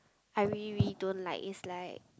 I we we don't like is like